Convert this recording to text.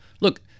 look